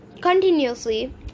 Continuously